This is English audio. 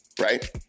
right